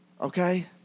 okay